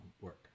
work